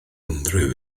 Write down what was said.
unrhyw